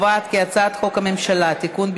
הצעת חוק הממשלה (תיקון,